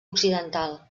occidental